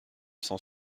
sens